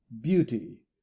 beauty